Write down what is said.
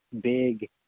big